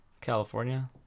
California